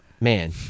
Man